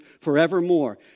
forevermore